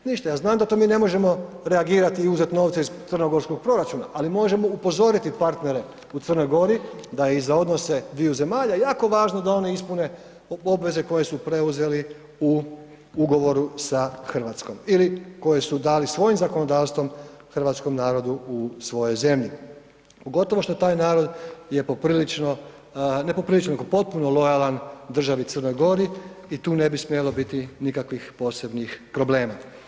Ništa, ja znam da mi to ne možemo reagirati i uzeti novce iz crnogorskog proračuna, ali možemo upozoriti partnere u Crnoj Gori da je i za odnose dviju zemalja jako važno da oni ispune obveze koje su preuzeli u ugovoru sa Hrvatskom ili koje su dali svojim zakonodavstvom hrvatskom narodu u svojoj zemlji, pogotovo što je taj narod poprilično, ne poprilično nego potpuno lojalan državi Crnoj Gori i tu ne bi smjelo biti nikakvih posebnih problema.